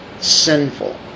sinful